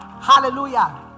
Hallelujah